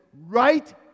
right